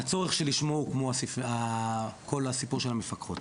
לצורך של לשמור כמו כל הסיפור של המפקחות.